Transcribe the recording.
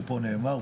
שבו נאמר,